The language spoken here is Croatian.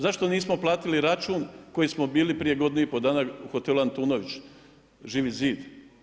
Zašto nismo platili račun koji smo bili prije godinu i pol dana u hotelu Antunović, Živi zid?